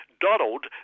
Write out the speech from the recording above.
Donald